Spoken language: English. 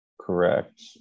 correct